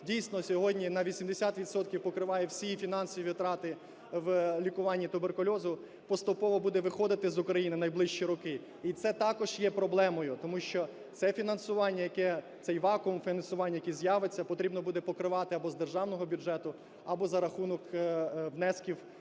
дійсно, сьогодні на 80 відсотків покриває всі фінансові витрати в лікуванні туберкульозу, поступово буде виходити з України в найближчі роки. І це також є проблемою, тому що це фінансування, яке… це і вакуум фінансування, який з'явиться, потрібно буде покривати або з державного бюджету, або за рахунок внесків